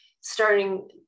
starting